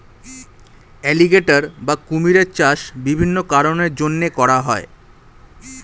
alligator বা কুমিরের চাষ বিভিন্ন কারণের জন্যে করা হয়